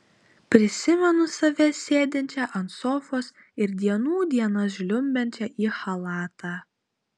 prisimenu save sėdinčią ant sofos ir dienų dienas žliumbiančią į chalatą